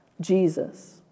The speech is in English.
Jesus